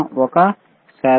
0001